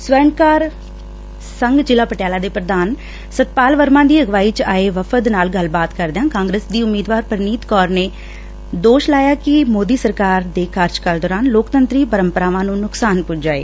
ਸਵਰਣਕਾਰ ਸੰਘ ਜ਼ਿਲ੍ਹਾ ਪਟਿਆਲਾ ਦੇ ਪ੍ਰਧਾਨ ਸਤਪਾਲ ਵਰਮਾ ਦੀ ਅਗਵਾਈ ਚ ਆਏ ਵਫ਼ਦ ਨਾਲ ਗੱਲ ਕਰਦਿਆਂ ਕਾਂਗਰਸ ਦੀ ਉਮੀਦਵਾਰ ਪਰਨੀਤ ਕੌਰ ਨੇ ਦੋਸ਼ ਲਾਇਆ ਕਿ ਮੋਦੀ ਸਰਕਾਰ ਦੇ ਕਾਰਜਕਾਲ ਦੌਰਾਨ ਲੋਕਤੰਤਰੀ ਪ੍ਰੰਮਪਰਾਵਾਂ ਨੂੰ ਨੁਕਸਾਨ ਪੁੱਜਾ ਏ